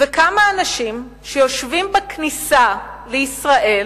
וכמה אנשים שיושבים בכניסה לישראל,